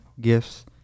gifts